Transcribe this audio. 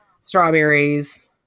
strawberries